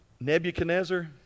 Nebuchadnezzar